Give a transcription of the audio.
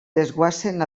desguassen